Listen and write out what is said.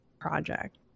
project